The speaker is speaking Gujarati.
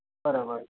બરાબર